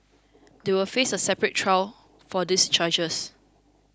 they will face a separate trial for these charges